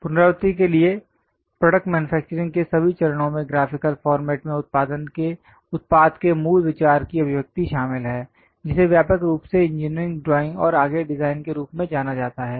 पुनरावृत्ति करने के लिए प्रोडक्ट मैन्युफैक्चरिंग के सभी चरणों में ग्राफिकल फॉर्मेट में उत्पाद के मूल विचार की अभिव्यक्ति शामिल है जिसे व्यापक रूप से इंजीनियरिंग ड्राइंग और आगे डिजाइन के रूप में जाना जाता है